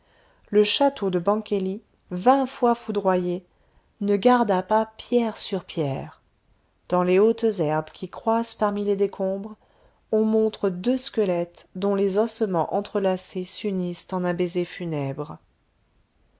le château de bangkeli vingt fois foudroyé ne garda pas pierre sur pierre dans les hautes herbes qui croissent parmi les décombres on montre deux squelettes dont les ossements entrelacés s'unissent en un baiser funèbre